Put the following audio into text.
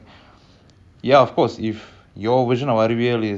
and the thing is that even our modern science have no idea how we even target